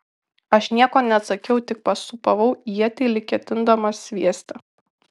aš nieko neatsakiau tik pasūpavau ietį lyg ketindamas sviesti